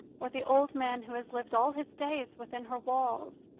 or the old man who has lived all his days within her walls,